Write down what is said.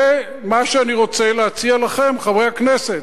זה מה שאני רוצה להציע לכם, חברי הכנסת.